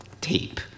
Tape